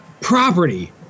property